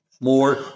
More